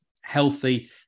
healthy